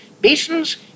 basins